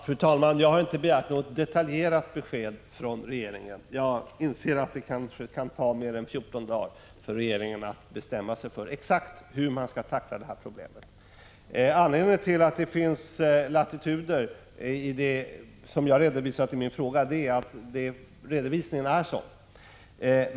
Fru talman! Jag har inte begärt något detaljerat besked från regeringen. Jag inser att det kanske kan ta mer än 14 dagar för regeringen att exakt bestämma sig för hur man skall tackla det här problemet. Anledningen till att det finns latituder, som jag angivit i min fråga, är att redovisningen är sådan.